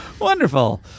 Wonderful